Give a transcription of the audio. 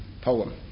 poem